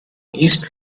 east